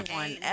one